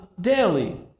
daily